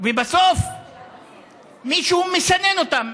ובסוף מישהו מסנן אותם.